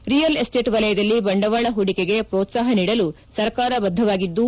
real estate ವಲಯದಲ್ಲಿ ಬಂಡವಾಳ ಹೂಡಿಕೆಗೆ ಪ್ರೋತ್ವಾಹ ನೀಡಲು ಸರ್ಕಾರ ಬದ್ದವಾಗಿದ್ಲು